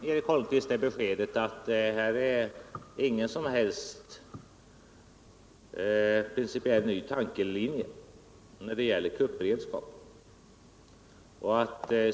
Herr talman! Låt mig då ge Eric Holmqvist beskedet att detta är ingen principiellt ny tankelinje när det gäller kuppberedskapen.